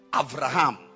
Abraham